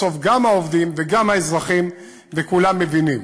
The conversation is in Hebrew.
בסוף גם העובדים וגם האזרחים וכולם מבינים.